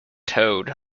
toad